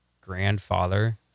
grandfather